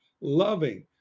loving